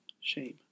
Shame